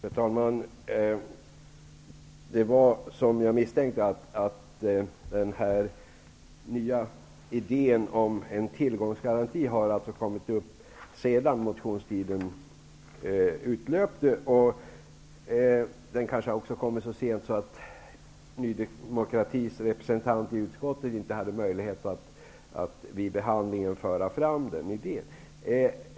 Fru talman! Det var som jag misstänkte, nämligen att den här nya idén om en tillgångsgaranti alltså har kommit upp sedan motionstiden utlöpte. Den kanske också kom så sent att Ny demokratis representant i utskottet inte hade möjlighet att föra fram idén vid behandlingen.